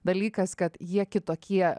dalykas kad jie kitokie